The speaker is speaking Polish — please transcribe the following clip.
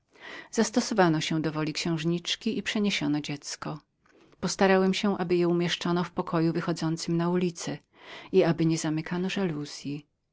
zastosowano się do woli księżniczki i przeniesiono dziecie postarałem się aby je umieszczono w pokoju wychodzącym na ulicę i aby nie zamykano